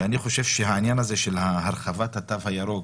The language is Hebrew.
ואני חושב שהעניין הזה של הרחבת התו הירוק